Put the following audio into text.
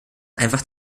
einfach